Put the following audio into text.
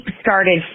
started